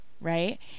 right